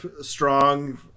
strong